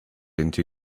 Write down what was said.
into